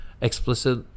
explicit